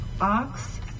Ox